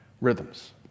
rhythms